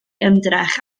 ymdrech